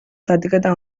zatiketa